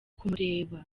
kumureba